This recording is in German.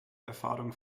erfahrung